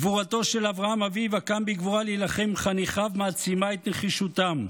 גבורתו של אברהם אביו הקם בגבורה להילחם עם חניכיו מעצימה את נחישותם.